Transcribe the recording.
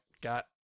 got